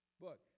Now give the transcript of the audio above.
book